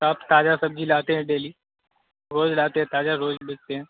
साफ ताजा सब्जी लाते हैं डेली रोज़ लाते हैं ताजा रोज़ बेचते हैं